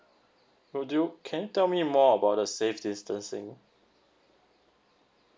could you can you tell me more about the safe distancing